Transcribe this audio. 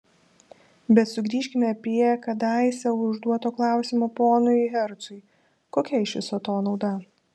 bet sugrįžkime prie kadaise užduoto klausimo ponui hercui kokia iš viso to nauda